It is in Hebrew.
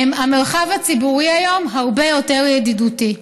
המרחב הציבורי היום הרבה יותר ידידותי.